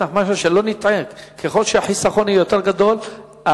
ככל שהחיסכון יהיה יותר גדול,